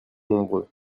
nombreux